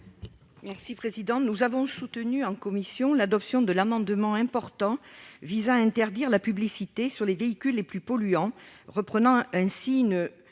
Varaillas. Nous avons soutenu en commission l'adoption de l'amendement, important, visant à interdire la publicité sur les véhicules les plus polluants, reprenant ainsi une